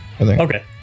Okay